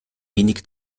wenig